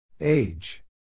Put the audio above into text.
Age